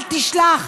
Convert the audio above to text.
אל תשלח.